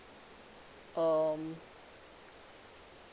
um